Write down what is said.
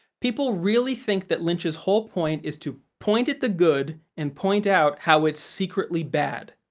people really think that lynch's whole point is to point at the good and point out how it's secretly bad.